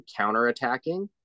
counterattacking